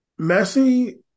Messi